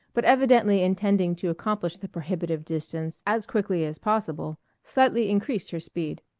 but evidently intending to accomplish the prohibitive distance as quickly as possible, slightly increased her speed.